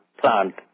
plant